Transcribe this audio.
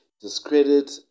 Discredit